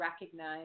recognize